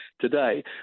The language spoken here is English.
today